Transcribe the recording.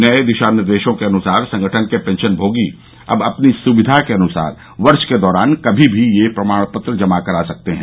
नए दिशानिर्देशों के अनुसार संगठन के पेंशनभोगी अब अपनी सुविधा के अनुसार वर्ष के दौरान कभी भी यह प्रमाणपत्र जमा कर सकते हैं